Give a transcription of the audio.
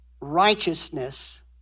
righteousness